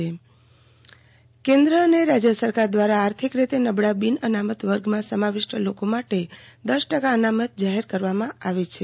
આરતીબેન ભદ્દ શિબિર કેન્દ્ર અને રાજય સરકાર દ્રારા આર્થિક રીતે નબળા બિન અનામત વર્ગમાં સમાવિષ્ટ લોકો માટે દસ ટકા અનામત જાહેર કરવામાં આવી છે